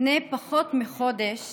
לפני פחות מחודש